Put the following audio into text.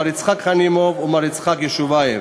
מר יצחק חנימוב ומר יצחק יושובייב.